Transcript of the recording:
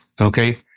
okay